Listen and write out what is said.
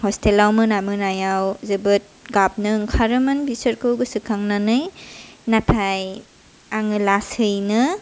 हस्टेलाव मोना मोनायाव जोबोर गाबनो ओंखारोमोन बिसोरखौ गोसो खांनानै नाथाय आङो लासैनो